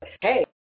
hey